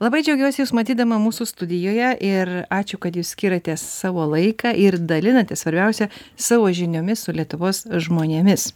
labai džiaugiuosi jus matydama mūsų studijoje ir ačiū kad jūs skiriate savo laiką ir dalinatės svarbiausia savo žiniomis su lietuvos žmonėmis